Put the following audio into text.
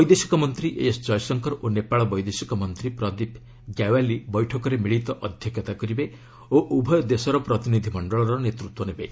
ବୈଦେଶିକ ମନ୍ତ୍ରୀ ଏସ୍ ଜୟଶଙ୍କର ଓ ନେପାଳ ବୈଦେଶିକ ମନ୍ତ୍ରୀ ପ୍ରଦୀପ ଗ୍ୟାୱାଲି ବୈଠକରେ ମିଳିତ ଅଧ୍ୟକ୍ଷତା କରିବେ ଓ ଉଭୟ ଦେଶର ପ୍ରତିନିଧି ମଣ୍ଡଳର ନେତୃତ୍ୱ ନେବେ